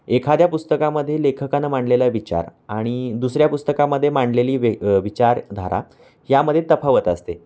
एखाद्या पुस्तकामध्ये लेखकनं मांडलेला विचार आणि दुसऱ्या पुस्तकामध्ये मांडलेली वे विचारधारा यामध्ये तफावत असते